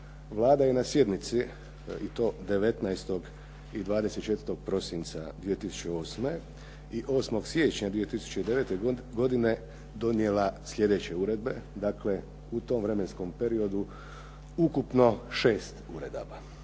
Vlada je na sjednici i to 19. i 24. prosinca 2008. i 8. siječnja 2009. godine donijela slijedeće uredbe, dakle u tom vremenskom razdoblju ukupno 6 uredaba.